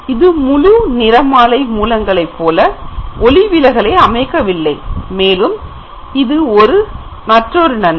இது முழு நிறமாலை மூலங்களை போல ஒளிவிலகல் அமைக்கவில்லைமேலும் இது ஒரு மற்றொரு நன்மை